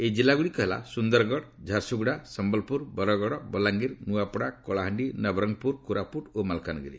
ଏହି ଜିଲ୍ଲାଗୁଡ଼ିକ ହେଲା ସୁନ୍ଦରଗଡ଼ ଝାରସୁଗୁଡ଼ା ସମ୍ଭଲପୁର ବରଗଡ଼ ବଲାଙ୍ଗିର ନ୍ନଆପଡ଼ା କଳାହାଣ୍ଡି ନବରଙ୍ଗପୁର କୋରାପୁଟ୍ ଓ ମାଲକାନଗିରି